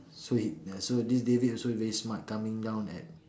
so he ya so this David also very smart coming down at